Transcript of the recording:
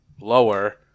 lower